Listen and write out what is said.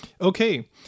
Okay